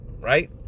right